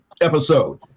episode